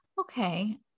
okay